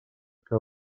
que